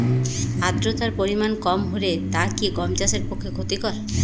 আর্দতার পরিমাণ কম হলে তা কি গম চাষের পক্ষে ক্ষতিকর?